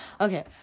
okay